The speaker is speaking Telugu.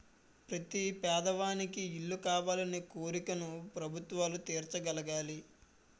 ప్రతి పేదవానికి ఇల్లు కావాలనే కోరికను ప్రభుత్వాలు తీర్చగలగాలి